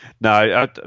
No